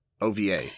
OVA